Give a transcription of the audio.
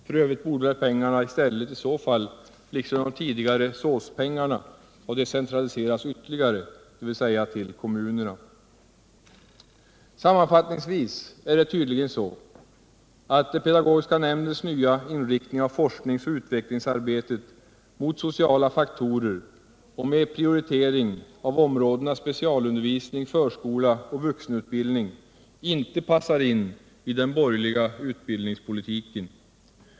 För övrigt borde väl pengarna i stället liksom de tidigare SÅS-pengarna ha decentraliserats ytterligare, dvs. till kommunerna. Sammanfattningsvis är det tydligen så, att pedagogiska nämndens nya inriktning av forskningsoch utvecklingsarbetet mot sociala faktorer och med prioritering av områdena specialundervisning, förskola och vuxenutbildning inte passar in i den borgerliga utbildningspolitiken.